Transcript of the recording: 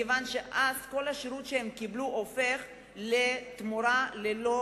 מכיוון שאז כל השירות שהם קיבלו הופך לעבודה ללא